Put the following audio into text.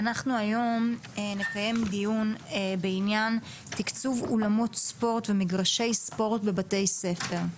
אנחנו נקיים דיון בעניין תקצוב אולמות ספורט ומגרשי ספורט בבתי-ספר.